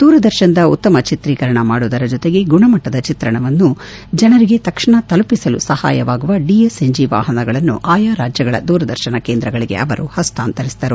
ದೂರದರ್ಶನದ ಉತ್ತಮ ಚಿತ್ರೀಕರಣ ಮಾಡುವುದರ ಜೊತೆಗೆ ಗುಣಮಟ್ಟದ ಚಿತ್ರಣವನ್ನು ಜನರಿಗೆ ತಕ್ಷಣ ತಲುಪಿಸಲು ಸಹಾಯವಾಗುವ ಡಿಎಸ್ಎನ್ಜಿ ವಾಹನಗಳನ್ನು ಆಯಾ ರಾಜ್ಲಗಳ ದೂರದರ್ಶನ ಕೇಂದ್ರಗಳಗೆ ಅವರು ಹಸ್ತಾಂತರಿಸಿದರು